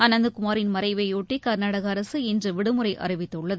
அனந்தகுமாின் மறைவையொட்டிகா்நாடகஅரசு இன்றுவிடுமுறைஅறிவித்துள்ளது